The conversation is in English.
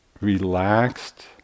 relaxed